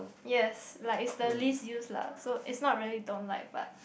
yes like is the least use lah so is not really don't like but